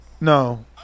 No